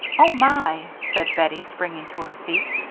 oh, my! said bettie, springing to her feet.